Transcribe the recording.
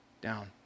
down